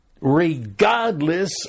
Regardless